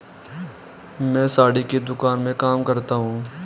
मैं साड़ी की दुकान में काम करता हूं